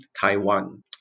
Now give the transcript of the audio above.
Taiwan